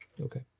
Okay